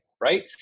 right